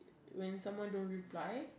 when someone don't reply